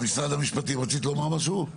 משרד המשפטים, רצית לומר משהו?